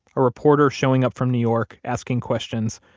a reporter showing up from new york asking questions,